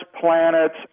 planets